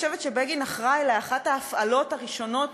אני חושבת שבגין אחראי לאחת ההפעלות הראשונות